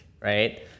right